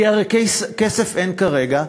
כי הרי כסף אין כרגע,